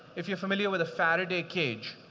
if you're familiar with a faraday cage,